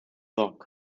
lock